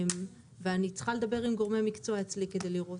ואני צריכה לדבר עם גורמי מקצוע כדי לראות.